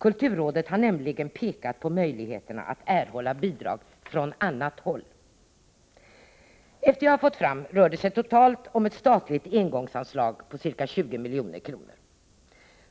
Kulturrådet har nämligen pekat på möjligheterna att erhålla bidrag från annat håll. Efter vad jag har fått fram rör det sig om ett statligt engångsanslag på ca 20 milj.kr.